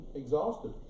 exhausted